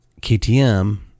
KTM